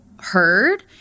heard